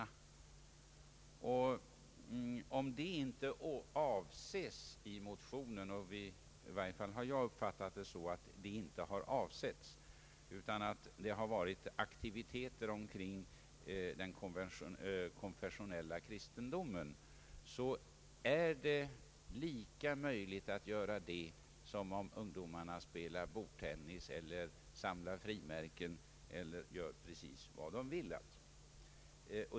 I varje fall har jag uppfattat motionärerna så att deras avsikt inte varit att undervisning av den karaktären skall ges något utrymme utan att det från deras sida mera har varit fråga om aktiviteter omkring den konfessionella kristendomsundervisningen. Det är alltså lika möjligt att låta det fritt valda arbetet omfatta kristendomsundervisning som att låta ungdomarna spela bordtennis, samla frimärken eller göra precis vad de vill.